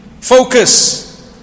Focus